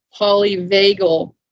polyvagal